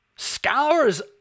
scours